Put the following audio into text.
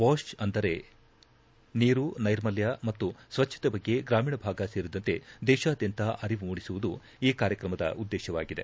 wash ಅಂದರೆ ನೀರು ನೈರ್ಮಲ್ಯ ಮತ್ತು ಸ್ವಚ್ಛತೆ ಬಗ್ಗೆ ಗ್ರಾಮೀಣ ಭಾಗ ಸೇರಿದಂತೆ ದೇಶಾದ್ಯಂತ ಅರಿವು ಮೂಡಿಸುವುದು ಈ ಕಾರ್ಯಕ್ರಮದ ಉದ್ದೇಶವಾಗಿದೆ